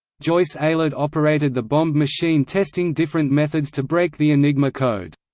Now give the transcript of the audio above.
joyce aylard operated the bombe machine testing different methods to break the enigma code.